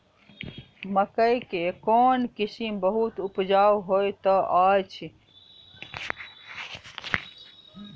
मकई केँ कोण किसिम बहुत उपजाउ होए तऽ अछि?